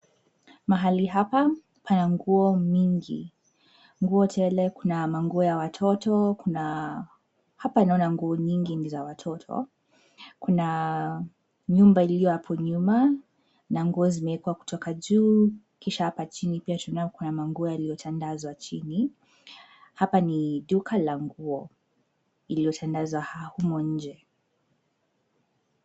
Mahali hapa pana nguo mingi. Nguo tele, kuna manguo ya watoto kuna, hapa naona nguo mingi ni za watoto, kuna nyumba iliyo hapo nyuma na nguo zimewekwa kutoka juu kisha hapa chini pia tunaona manguo yanayotandazwa chini. Hapa ni duka la nguo lililotandazwa humo inje.